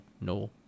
no